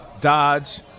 dodge